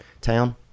town